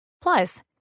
Plus